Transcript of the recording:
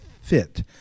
fit